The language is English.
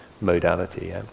modality